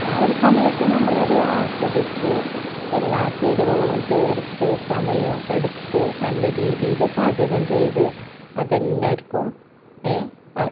ആ ഒര് സമയത്ത് നമ്മളത് ആസ്വദിച്ച് എല്ലാ ചേരുവകളും ചേര്ത്ത് സമയം എടുത്ത് നല്ല രീതിയിൽ പാചകം ചെയ്ത് അതെല്ലാവർക്കും